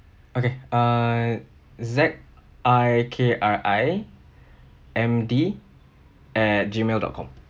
okay err Z I K R I M D at Gmail dot com